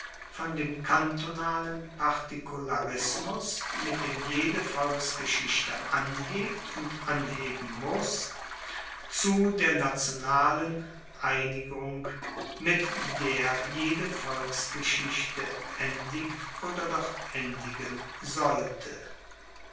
von dem kantonalen partikularismus mit dem jede volksgeschichte anhebt und anheben mass zu der nationalen einigung mit der jede volksgeschichte endigt oder doch endigen sollte